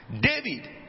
David